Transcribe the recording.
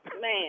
Man